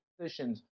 positions